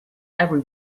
every